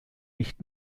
nicht